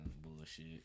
Bullshit